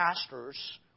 pastors